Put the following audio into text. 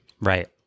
Right